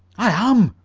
i am,